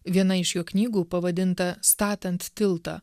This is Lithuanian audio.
viena iš jo knygų pavadinta statant tiltą